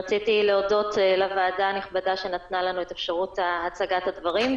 רציתי להודות לוועדה הנכבדה שנתנה לנו את אפשרות הצגת הדברים.